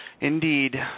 Indeed